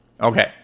Okay